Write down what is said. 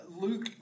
Luke